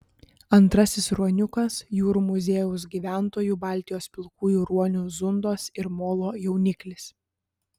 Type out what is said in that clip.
antrasis ruoniukas jūrų muziejaus gyventojų baltijos pilkųjų ruonių zundos ir molo jauniklis